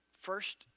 First